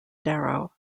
darrow